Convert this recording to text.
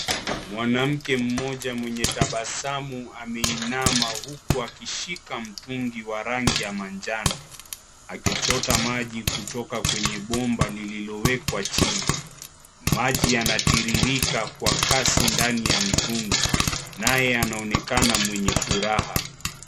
Mwanamke mmoja mwenye tabasamu ameinama huku akishika mtungi wa rangi ya manjano akichota maji kutoka kwenye bomba lililowekwa chini. Maji yanatiririka kwa kasi ndani ya mtungi naye anaonekana mwenye furaha.